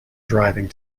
driving